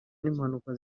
n’impanuka